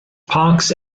parks